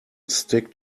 stick